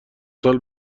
سال